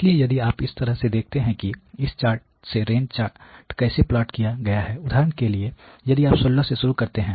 इसलिए यदि आप इस तरह से देखते हैं कि इस चार्ट से रेंज चार्ट कैसे प्लॉट किया गया है उदाहरण के लिए यदि आप 16 से शुरू करते हैं